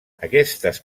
aquestes